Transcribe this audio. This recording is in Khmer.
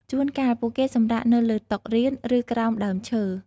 ជួនកាល ពួកគេសម្រាកនៅលើតុរៀន ឬ ក្រោមដើមឈើ។